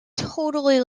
totally